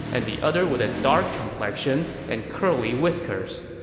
and the other with a dark complexion and curly whiskers.